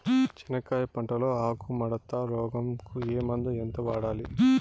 చెనక్కాయ పంట లో ఆకు ముడత రోగం కు ఏ మందు ఎంత వాడాలి?